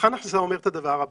מבחן ההכנסה אומר את הדבר הבא: